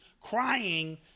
crying